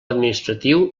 administratiu